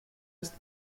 bist